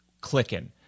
clicking